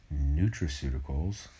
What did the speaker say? nutraceuticals